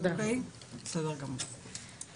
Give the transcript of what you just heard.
(הצגת מצגת) המטרה